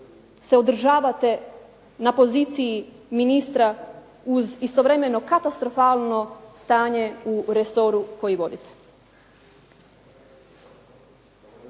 se održavate na poziciji ministra uz istovremeno katastrofalno stanje u resoru koji vodite.